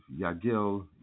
Yagil